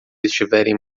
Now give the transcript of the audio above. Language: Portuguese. estiverem